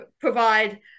provide